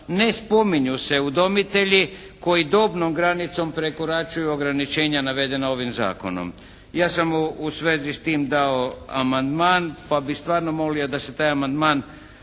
ne spominju se udomitelji koji dobnom granicom prekoračuju ograničenja navedena ovim Zakonom. Ja sam u svezi s tim dao amandman, pa bih stvarno molio da se taj amandman